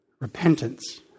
repentance